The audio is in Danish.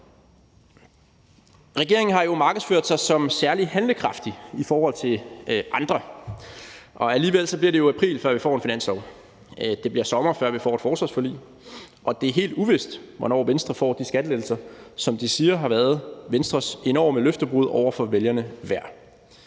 Regeringen har jo markedsført sig som særlig handlekraftig i forhold til andre, og alligevel bliver det jo april, før vi får en finanslov. Det bliver sommer, før vi får et forsvarsforlig, og det er helt uvist, hvornår Venstre får de skattelettelser, som de siger har været Venstres enorme løftebrud over for vælgerne værd.